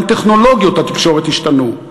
גם טכנולוגיות התקשורת השתנו,